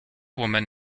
woman